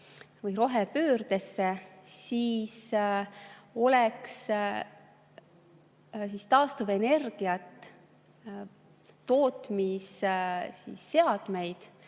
või rohepöördesse, siis kui taastuvenergia tootmise seadmeid